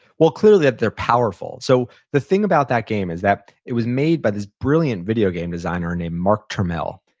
well, clearly, that they're powerful. so the thing about that game is that it was made by this brilliant video game designer named mark turmell.